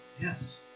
Yes